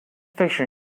fiction